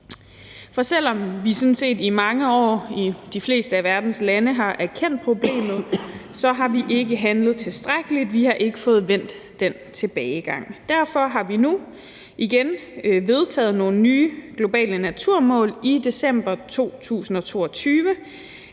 For selv om vi sådan set i mange år i de fleste af verdens lande har erkendt problemet, har vi ikke handlet tilstrækkeligt; vi har ikke fået vendt den tilbagegang. Derfor har vi nu igen vedtaget nogle nye globale naturmål i december 2022